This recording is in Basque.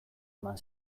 eman